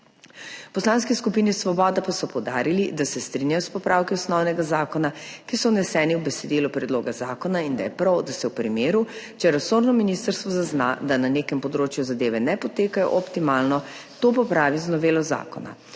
Poslanski skupini Svoboda pa so poudarili, da se strinjajo s popravki osnovnega zakona, ki so vneseni v besedilo predloga zakona, in da je prav, da se v primeru, če resorno ministrstvo zazna, da na nekem področju zadeve ne potekajo optimalno, to popravi z novelo zakona.